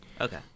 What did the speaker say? Okay